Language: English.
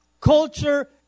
culture